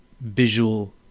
Visual